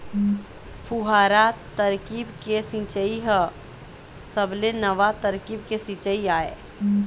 फुहारा तरकीब के सिंचई ह सबले नवा तरकीब के सिंचई आय